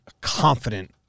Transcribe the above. confident